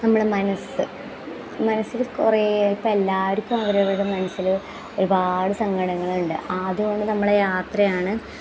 നമ്മുടെ മനസ്സ് മനസ്സിൽ കുറേ ഇപ്പം എല്ലാവർക്കും അവരവരുടെ മനസ്സിൽ ഒരുപാട് സങ്കടങ്ങൾ ഉണ്ട് ആതുകൊണ്ട് നമ്മള യാത്രയാണ്